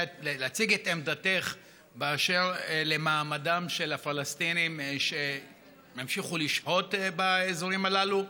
להציג את עמדתך באשר למעמדם של הפלסטינים שימשיכו לשהות באזורים הללו?